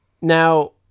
Now